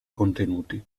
contenuti